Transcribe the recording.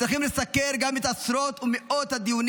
צריכים לסקר גם את עשרות ומאות הדיונים